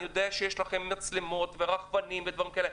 אני יודע שיש לכם מצלמות ורחפנים ודברים כאלה,